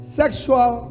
sexual